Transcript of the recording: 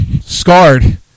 scarred